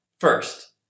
First